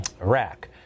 Iraq